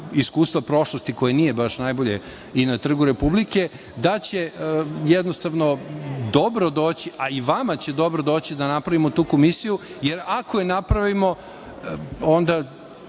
iskustva prošlosti, koja nije baš najbolje i na Trgu Republike, da će jednostavno dobro doći, a i vama će dobro doći, da napravimo tu komisiju, jer ako je napravimo onda